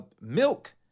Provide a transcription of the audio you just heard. milk